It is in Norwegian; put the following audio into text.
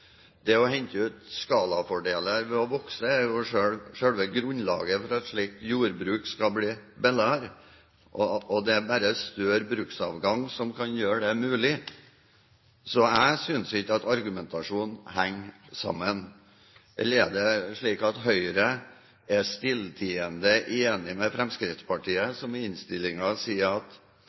Det å hente ut skalafordeler ved å vokse er jo selve grunnlaget for at et slikt jordbruk skal bli billigere, og det er bare større bruksavgang som kan gjøre det mulig. Så jeg synes ikke at argumentasjonen henger sammen. Eller er det slik at Høyre er stilltiende enig med Fremskrittspartiet, som i innstillingen sier at